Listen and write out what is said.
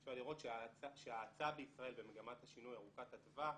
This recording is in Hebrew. אפשר לראות שההאצה בישראל במגמת השינוי ארוכת הטווח